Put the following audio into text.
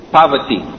poverty